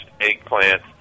eggplant